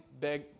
big